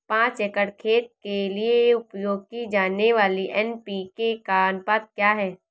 पाँच एकड़ खेत के लिए उपयोग की जाने वाली एन.पी.के का अनुपात क्या है?